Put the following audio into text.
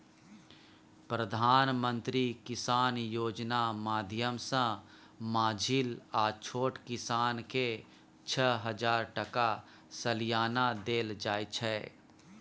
प्रधानमंत्री किसान योजना माध्यमसँ माँझिल आ छोट किसानकेँ छअ हजार टका सलियाना देल जाइ छै